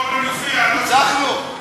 ניצחנו.